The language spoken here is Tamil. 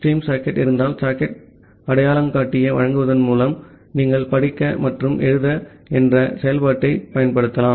ஸ்ட்ரீம் சாக்கெட் இருந்தால் சாக்கெட் அடையாளங்காட்டியை வழங்குவதன் மூலம் நீங்கள் படிக்க மற்றும் எழுது என்ற செயல்பாட்டைப் பயன்படுத்தலாம்